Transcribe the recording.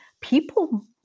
people